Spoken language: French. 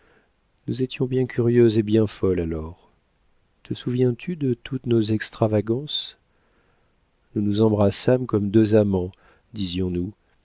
nous étions bien curieuses et bien folles alors te souviens-tu de toutes nos extravagances nous nous embrassâmes comme deux amants disions-nous